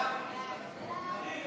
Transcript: סעיף